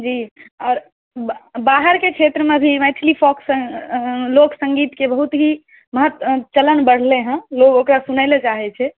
जी आओर बाहरके क्षेत्रमे भी मैथिली फोक लोक सङ्गीतके बहुत ही महत्व चलन बढ़लै हँ लोक ओकरा सुनैलए चाहै छै